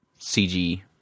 CG